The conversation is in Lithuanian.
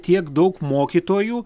tiek daug mokytojų